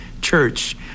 church